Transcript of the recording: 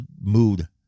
mood